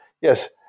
Yes